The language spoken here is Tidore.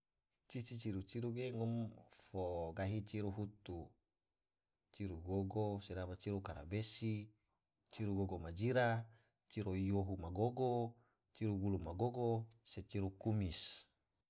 Cici ciru ciru ge ngom fo gahi ciru hutu, ciru gogo sedaba ciru karabesi, ciru gogo ma jira, ciru yohu ma gogo, ciru gulu ma gogo, se ciru kumis.